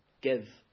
give